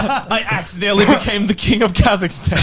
i accidentally became the king of kazakhstan.